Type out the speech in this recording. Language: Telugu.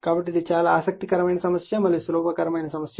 కాబట్టి ఈ సమస్య ఆసక్తికరమైన సమస్య మరియు చాలా సులభమైన సమస్య